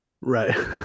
Right